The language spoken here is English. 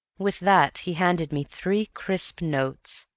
with that he handed me three crisp notes.